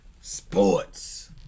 Sports